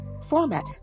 format